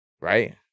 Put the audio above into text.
right